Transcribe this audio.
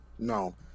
No